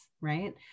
right